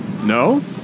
No